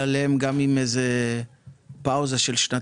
על גל האומיקרון שהתחיל ב --- ומה עם הכסף של בתי